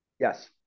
Yes